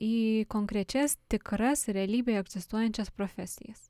į konkrečias tikras realybėje egzistuojančias profesijas